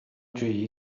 dri